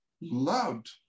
loved